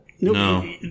No